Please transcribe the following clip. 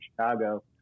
chicago